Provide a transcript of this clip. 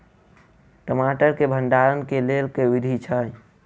टमाटर केँ भण्डारण केँ लेल केँ विधि छैय?